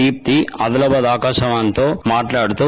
దీప్తి ఆదిలాబాద్ ఆకాశవాణితో మాట్లాడుతూ